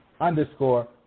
underscore